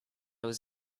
was